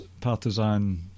partisan